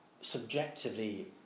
subjectively